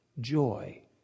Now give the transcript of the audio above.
Joy